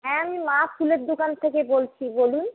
হ্যাঁ আমি মা ফুলের দোকান থেকে বলছি বলুন